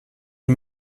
une